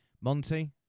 Monty